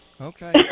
okay